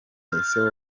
ese